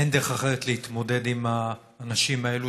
אין דרך אחרת להתמודד עם האנשים האלה,